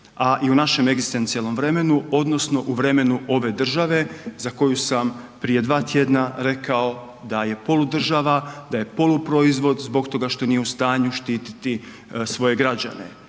a i u našem egzistencijalnom vremenu odnosno u vremenu ove države za koju sam prije dva tjedna rekao da je poludržava, da je poluproizvod zbog toga što nije u stanju štititi svoje građane,